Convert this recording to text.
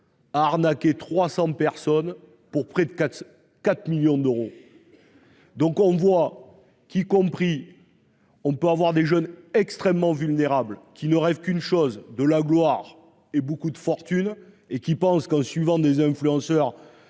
Arnaqué 300 personnes pour près de 404 millions d'euros. Donc on voit qu'y compris. On peut avoir des jeunes extrêmement vulnérables qui ne rêve qu'une chose de la gloire et beaucoup de fortune et qui pensent qu'en suivant des influenceurs.